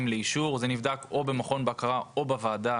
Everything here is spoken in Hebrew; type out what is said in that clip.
לאישור וזה נבדק או במכון בקרה או בוועדה,